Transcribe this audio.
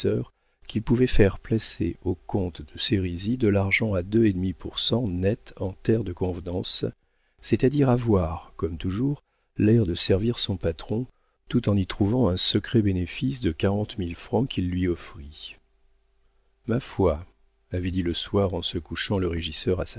qu'il pouvait faire placer au comte de sérisy de l'argent à deux et demi pour cent net en terres de convenance c'est-à-dire avoir comme toujours l'air de servir son patron tout en y trouvant un secret bénéfice de quarante mille francs qu'il lui offrit ma foi avait dit le soir en se couchant le régisseur